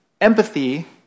empathy